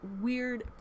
weird